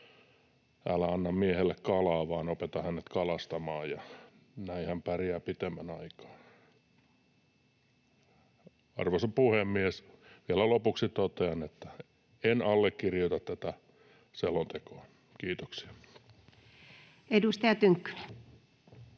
älä anna miehelle kalaa, vaan opeta hänet kalastamaan, ja näin hän pärjää pitemmän aikaa. Arvoisa puhemies! Vielä lopuksi totean, että en allekirjoita tätä selontekoa. — Kiitoksia. [Speech